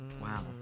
Wow